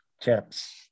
chaps